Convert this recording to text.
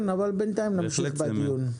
בינתיים נמשיך בדיון.